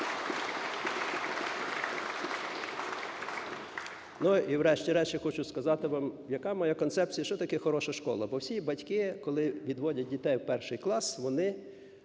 Ну і врешті-решт я хочу сказати вам, яка моя концепція, що таке "хороша школа", бо всі батьки, коли відводять дітей в перший клас, вони